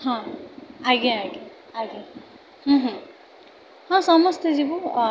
ହଁ ଆଜ୍ଞା ଆଜ୍ଞା ଆଜ୍ଞା ହୁଁ ହୁଁ ହଁ ସମସ୍ତେ ଯିବୁ